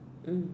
mm